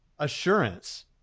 assurance